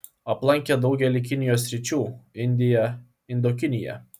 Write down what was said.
aplankė daugelį kinijos sričių indiją indokiniją